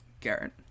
Garrett